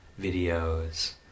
videos